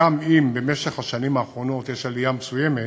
גם אם במשך השנים האחרונות יש עלייה מסוימת,